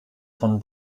von